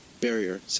barrier